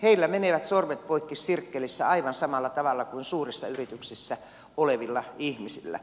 heillä menevät sormet poikki sirkkelissä aivan samalla tavalla kuin suurissa yrityksissä olevilla ihmisillä